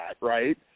right